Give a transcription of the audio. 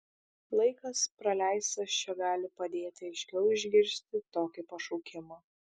laikas praleistas čia gali padėti aiškiau išgirsti tokį pašaukimą